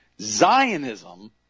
Zionism